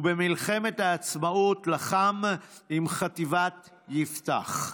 ובמלחמת העצמאות לחם עם חטיבת יפתח.